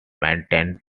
maintained